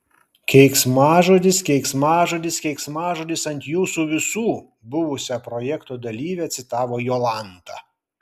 keiksmažodis keiksmažodis keiksmažodis ant jūsų visų buvusią projekto dalyvę citavo jolanta